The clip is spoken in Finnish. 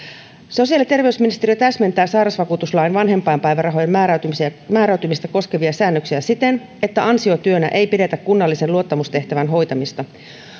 sosiaali ja terveysministeriö täsmentää sairausvakuutuslain vanhempainpäivärahojen määräytymistä määräytymistä koskevia säännöksiä siten että ansiotyönä ei pidetä kunnallisen luottamustehtävän hoitamista